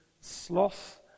sloth